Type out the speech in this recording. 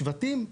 שבטים.